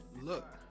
Look